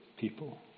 people